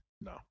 No